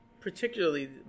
particularly